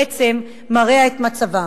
בעצם מרע את מצבם.